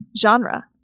genre